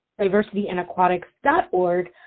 diversityinaquatics.org